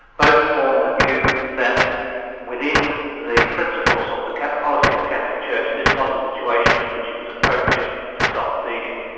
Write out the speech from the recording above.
both formed the view that within the principles or the policy of the catholic church, this was a situation in which it was appropriate to stop feeding.